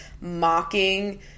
mocking